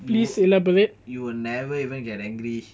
you you will never even get angry